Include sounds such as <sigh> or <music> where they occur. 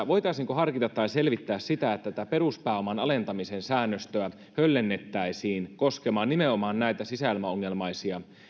<unintelligible> voitaisiinko harkita tai selvittää sitä että tätä peruspääoman alentamisen säännöstöä höllennettäisiin koskemaan nimenomaan näitä sisäilmaongelmaisia